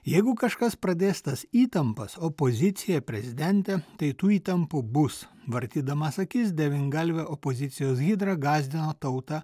jeigu kažkas pradės tas įtampas opozicija prezidentė tai tų įtampų bus vartydamas akis devyngalve opozicijos hidra gąsdino tautą